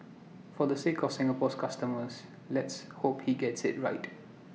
for the sake of Singapore's customers let's hope he gets IT right